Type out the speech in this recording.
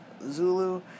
Zulu